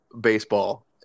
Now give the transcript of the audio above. baseball –